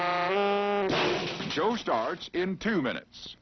old joe starts in two minutes